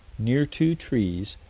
near two trees,